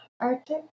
Arctic